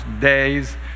days